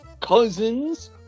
cousins